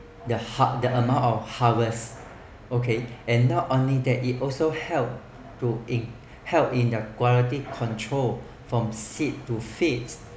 the har~ the amount of harvest okay and not only that it also help to in~ help in the quality control from seed to feed